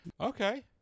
Okay